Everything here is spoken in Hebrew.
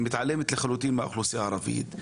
שמתעלמת לחלוטין מהאוכלוסייה הערבית.